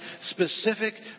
specific